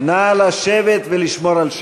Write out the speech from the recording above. איציק שמולי,